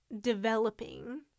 developing